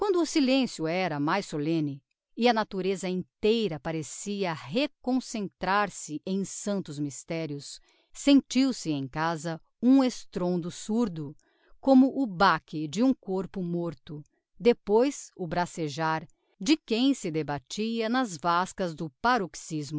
o silencio era mais solemne e a natureza inteira parecia reconcentrar se em santos mysterios sentiu-se em casa um estrondo surdo como o baque de um corpo morto depois o bracejar de quem se debatia nas vascas do